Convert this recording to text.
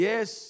Yes